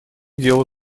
дело